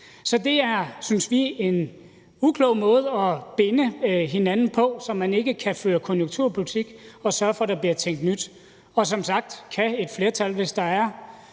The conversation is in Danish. Så det er, synes vi, en uklog måde at binde hinanden på, så man ikke kan føre konjunkturpolitik og sørge for, at der bliver tænkt nyt. Og som sagt kan et flertal, hvis der er